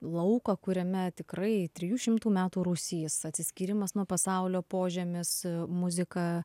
lauką kuriame tikrai trijų šimtų metų rūsys atsiskyrimas nuo pasaulio požemis muzika